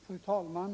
Fru talman!